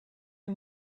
can